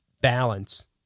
balance